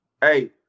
Hey